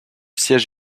siège